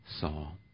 Saul